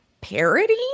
parody